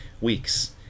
weeks